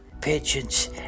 pigeons